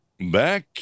back